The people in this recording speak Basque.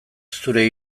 zure